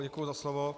Děkuji za slovo.